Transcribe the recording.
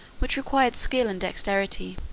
which required skill and dexterity.